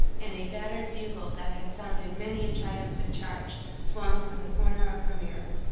and a battered bugle, that had sounded many a triumphant charge, swung from the corner of her mirror.